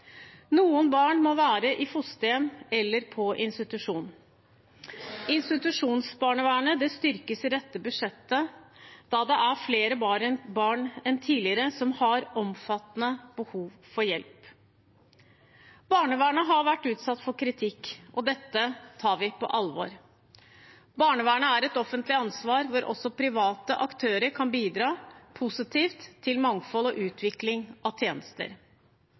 Noen barn må være i fosterhjem eller på institusjon. Institusjonsbarnevernet styrkes i dette budsjettet, da det er flere barn enn tidligere som har omfattende behov for hjelp. Barnevernet har vært utsatt for kritikk, og dette tar vi på alvor. Barnevernet er et offentlig ansvar, der også private aktører kan bidra positivt til mangfold og utvikling av tjenester.